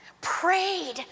prayed